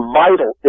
vital